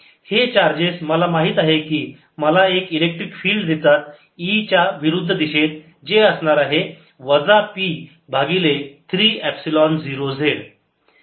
हे चार्जेस मला माहित आहे की मला एक इलेक्ट्रिक फिल्ड देतात E च्या विरुद्ध दिशेत जे असणार आहे वजा P भागिले 3 एपसिलोन 0 z